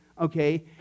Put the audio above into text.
okay